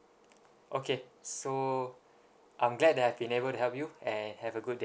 okay so I'm glad that I've been able to help you and have a good day